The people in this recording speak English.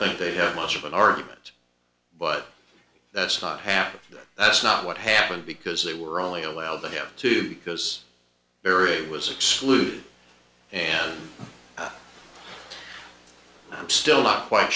think they have much of an argument but that's not happened that's not what happened because they were only allowed to have two because there it was excluded and i'm still not quite